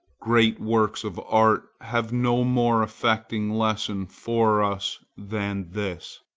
great works of art have no more affecting lesson for us than this.